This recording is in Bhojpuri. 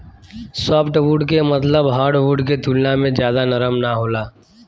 सॉफ्टवुड के मतलब हार्डवुड के तुलना में ज्यादा नरम ना होला